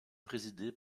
présidée